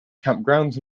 campgrounds